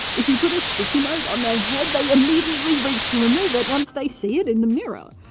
if you put a sticky note on their head, they immediately reach to remove it once they see it in the mirror.